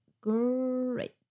great